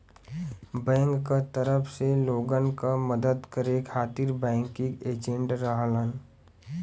bank क तरफ से लोगन क मदद करे खातिर बैंकिंग एजेंट रहलन